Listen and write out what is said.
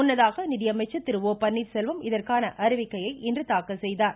முன்னதாக நிதி அமைச்சர் திரு ஓ பன்னீர்செல்வம் இதற்கான அறிக்கையை இன்று தாக்கல் செய்தார்